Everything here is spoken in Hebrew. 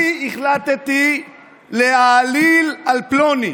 אני החלטתי להעליל על פלוני,